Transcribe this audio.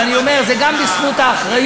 אבל אני אומר שזה גם בזכות האחריות,